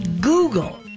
Google